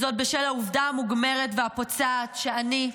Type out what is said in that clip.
זאת, בשל העובדה המוגמרת והפוצעת שאני,